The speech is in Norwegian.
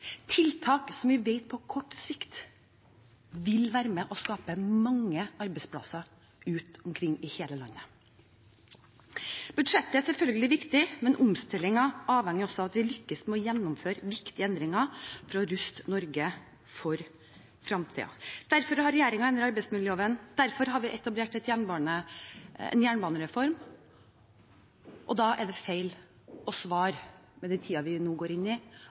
tiltak som vi vet på kort sikt vil være med og skape mange arbeidsplasser rundt omkring i hele landet. Budsjettet er selvfølgelig viktig, men omstillingen avhenger også av at vi lykkes med å gjennomføre viktige endringer for å ruste Norge for fremtiden. Derfor har regjeringen endret arbeidsmiljøloven, derfor har vi etablert en jernbanereform. Da er det feil, med den tiden vi nå går inn i,